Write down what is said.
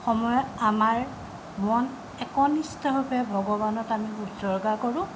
সময়ত আমাৰ মন একনিষ্টভাৱে ভগৱানত আমি উচৰ্গা কৰোঁ